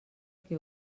que